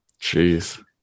Jeez